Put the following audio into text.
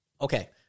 Okay